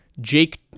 Jake